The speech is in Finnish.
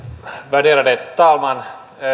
värderade talman